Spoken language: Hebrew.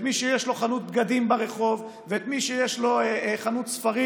מי שיש לו חנות בגדים ברחוב ואת מי שיש לו חנות ספרים.